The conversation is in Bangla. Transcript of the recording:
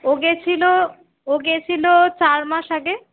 ও গেছিলো ও গেছিলো চার মাস আগে